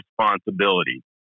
responsibility